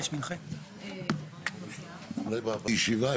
(הישיבה נפסקה בשעה 13:50 ונתחדשה בשעה 15:48.) אני מחדש את הישיבה.